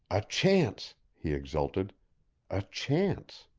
a chance! he exulted a chance!